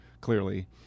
clearly